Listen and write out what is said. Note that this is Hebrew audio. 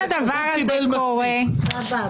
כל הדבר הזה קורה -- הוא קיבל מספיק.